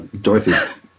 Dorothy